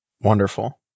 Wonderful